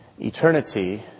eternity